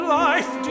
life